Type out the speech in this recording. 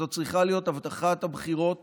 זאת צריכה להיות הבטחת הבחירות